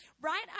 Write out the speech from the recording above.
right